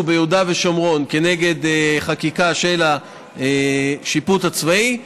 ביהודה ושומרון כנגד חקיקה של השיפוט הצבאי,